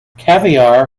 caviar